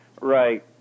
Right